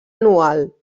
anual